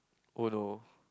oh no